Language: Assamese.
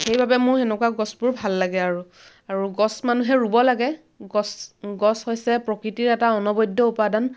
সেইবাবে মোৰ সেনেকুৱা গছবোৰ ভাল লাগে আৰু আৰু গছ মানুহে ৰুৱ লাগে গছ গছ হৈছে প্ৰকৃতিৰ এটা অনবদ্য উপাদান